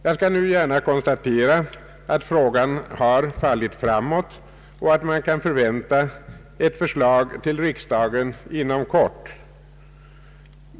Jag skall gärna konstatera att frågan fallit framåt och att man kan vänta ett förslag till riksdagen inom kort.